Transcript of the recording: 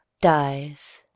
dies